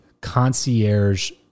concierge